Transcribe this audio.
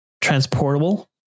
transportable